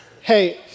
hey